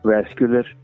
Vascular